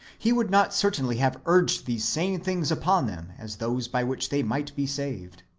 he would not certainly have urged these same things upon them as those by which they might be saved.